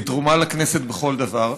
והיא תרומה לכנסת בכל דבר,